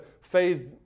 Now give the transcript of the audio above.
phase